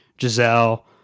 Giselle